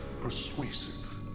persuasive